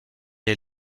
est